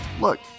Look